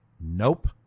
Nope